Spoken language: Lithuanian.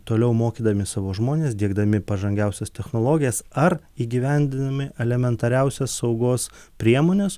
toliau mokydami savo žmones diegdami pažangiausias technologijas ar įgyvendinami elementariausias saugos priemones